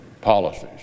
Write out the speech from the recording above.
policies